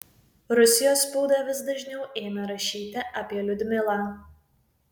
rusijos spauda vis dažniau ėmė rašyti apie liudmilą